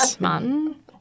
Martin